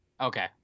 okay